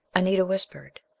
anita whispered,